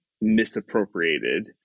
misappropriated